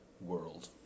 world